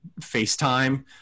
FaceTime